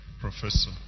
professor